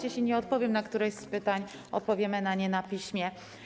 Jeśli nie odpowiem na któreś z pytań, odpowiemy na nie na piśmie.